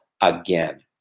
again